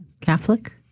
Catholic